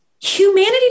Humanity